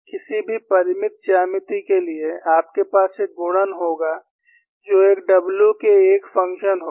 किसी भी परिमित ज्यामिति के लिए आपके पास एक गुणन होगा जो एक w के एक फंक्शन होगा